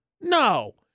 No